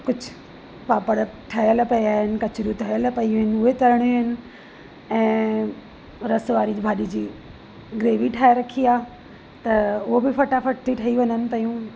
कुझु पापड़ ठहियलु पिया आहिनि कचरियूं तरियलु पियूं आहिनि उहे तरणियूं आहिनि ऐं रस वारी भाॼी जी ग्रेवी ठाहे रखी आहे त उहो बि फटाफट ठही वञनि पियूं